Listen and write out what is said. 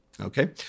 Okay